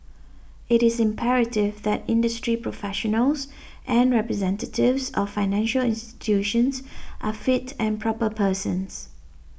it is imperative that industry professionals and representatives of financial institutions are fit and proper persons